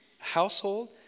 Household